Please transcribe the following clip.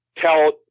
tell